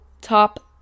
top